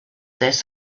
this